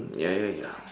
ya ya ya